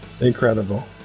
Incredible